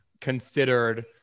considered